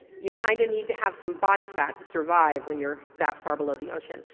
you kind of need to have some body fat to survive when you're that far below the ocean.